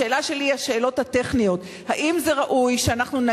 השאלה שלי היא השאלות הטכניות: האם זה ראוי שאנחנו,